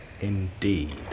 Indeed